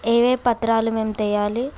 ఏ ఏ పత్రాలు మేము తేవాలి